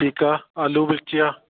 ठीकु आहे आलू बि थी विया